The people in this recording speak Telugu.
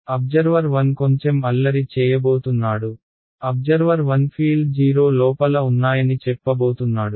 అబ్జర్వర్ 1 కొంచెం అల్లరి చేయబోతున్నాడు అబ్జర్వర్ 1 ఫీల్డ్ 0 లోపల ఉన్నాయని చెప్పబోతున్నాడు